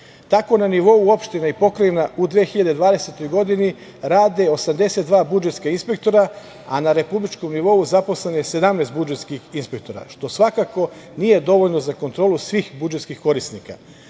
Tako na nivou opština i pokrajina u 2020. godini rade 82 budžetska inspektora, a na republičkom nivou zaposleno je 17 budžetskih inspektora, što svakako nije dovoljno za kontrolu svih budžetskih korisnika.U